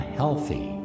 healthy